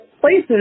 places